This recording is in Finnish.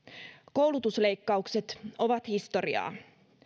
koulutusleikkaukset ovat historiaa